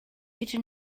gyda